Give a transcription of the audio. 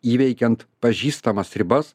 įveikiant pažįstamas ribas